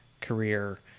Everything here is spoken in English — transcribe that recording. career